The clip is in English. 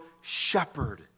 shepherd